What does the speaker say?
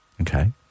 Okay